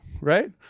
Right